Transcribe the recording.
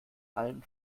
allen